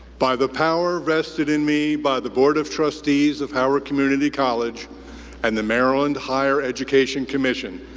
by the power vested in me by the board of trustees of howard community college and the maryland higher education commission,